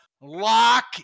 lock